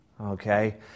okay